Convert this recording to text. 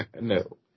No